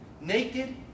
Naked